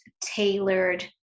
tailored